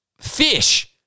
fish